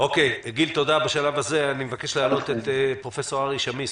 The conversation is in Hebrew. אני מבקש בשלב הזה להעלות את פרופ' ארי שמיס,